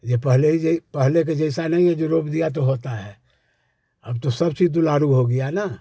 यह पहले ही जै पहले के जैसा नहीं है जो रोप दिया तो होते हैं अब तो सब चीज़ दुलारू हो गया ना